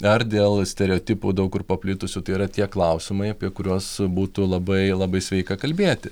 ar dėl stereotipų daug kur paplitusių tai yra tie klausimai apie kuriuos būtų labai labai sveika kalbėti